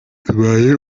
tubaye